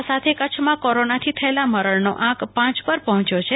આ સાથે કચ્છમાં કોરોનાથી થયેલા મરણનો આંક પાંચ પર પહોંચ્યો છે